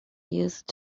used